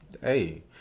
hey